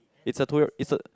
it's a tour~ it's a